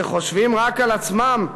שחושבים רק על עצמם,